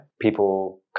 People